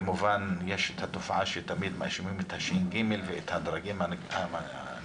וכמובן יש את התופעה שתמיד מאשימים את הש"ג ואת הדרגים הנמוכים.